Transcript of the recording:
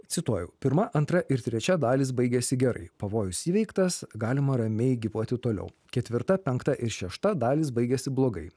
cituoju pirma antra ir trečia dalys baigiasi gerai pavojus įveiktas galima ramiai gyvuoti toliau ketvirta penkta ir šešta dalys baigiasi blogai